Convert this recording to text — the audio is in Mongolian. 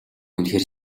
үнэхээр